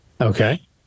Okay